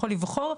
יכול לבחור,